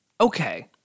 Okay